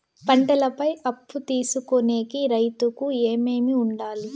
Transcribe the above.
పంటల పై అప్పు తీసుకొనేకి రైతుకు ఏమేమి వుండాలి?